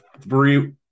three